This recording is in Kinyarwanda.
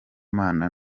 mana